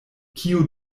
kio